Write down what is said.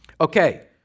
okay